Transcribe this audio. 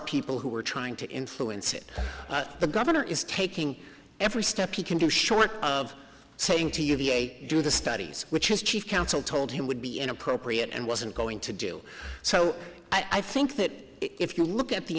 people who were trying to influence it the governor is taking every step he can do short of saying to uva do the studies which his chief counsel told him would be inappropriate and wasn't going to do so i think that if you look at the